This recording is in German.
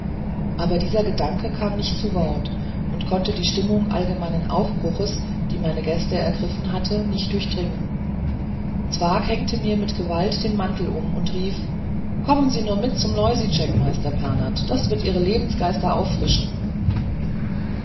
aber diese gedanken kamen nicht zu wort und konnten die stimmung allgemeinen aufbruches die meine gäste ergriffen hatte nicht durchdringen zwakh hängte mir mit gewalt den mantel um und rief kommen sie nur mit zum loisitschek meister pernath es wird ihre lebensgeister erfrischen